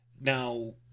Now